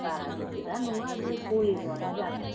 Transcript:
बारा गिदिरा नङा बे बलेर'वानो जागोन